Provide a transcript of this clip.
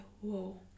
whoa